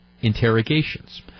interrogations